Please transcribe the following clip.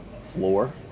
floor